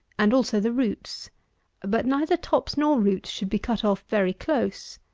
and also the roots but neither tops nor roots should be cut off very close.